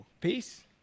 Peace